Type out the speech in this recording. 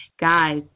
Guys